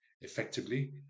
effectively